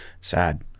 sad